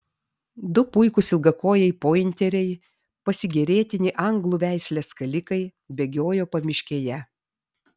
du puikūs ilgakojai pointeriai pasigėrėtini anglų veislės skalikai bėgiojo pamiškėje